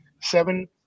seven